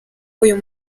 uyu